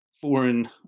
foreign